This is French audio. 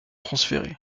transférée